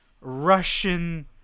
Russian